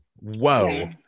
whoa